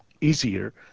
easier